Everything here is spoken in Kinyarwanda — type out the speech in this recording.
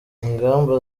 ingamba